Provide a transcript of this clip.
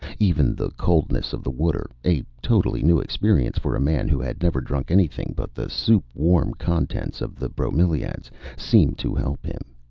even the coldness of the water a totally new experience for a man who had never drunk anything but the soup-warm contents of the bromelaids seemed to help him.